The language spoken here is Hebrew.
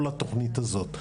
או לתוכנית הזאת,